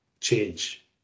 change